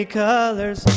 colors